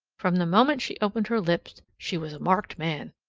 from the moment she opened her lips she was a marked man.